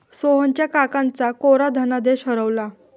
सोहनच्या काकांचा कोरा धनादेश हरवला